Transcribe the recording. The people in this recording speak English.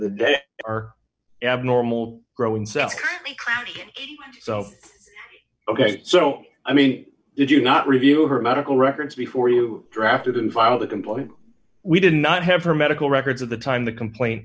the day are abnormal growing cells so ok so i mean if you do not reveal her medical records before you drafted and filed a complaint we did not have her medical records of the time the complaint